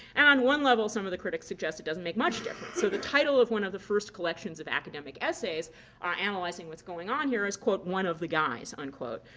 on one level some of the critics suggest it doesn't make much difference. so the title of one of the first collections of academic essays ah analyzing what's going on here is quote, one of the guys, unquote.